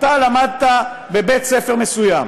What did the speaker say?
למדת בבית-ספר מסוים